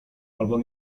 albo